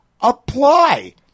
apply